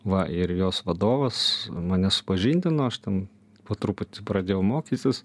va ir jos vadovas mane supažindino aš ten po truputį pradėjau mokytis